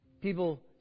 people